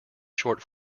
short